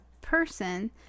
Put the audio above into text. person